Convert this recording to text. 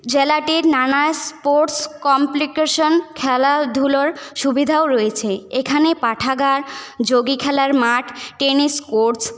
জেলাটির নানা sports complication খেলাধুলোর সুবিধাও রয়েছে এখানে পাঠাগাড় যোগী খেলার মাঠ টেনিস কোর্ট